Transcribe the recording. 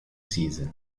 season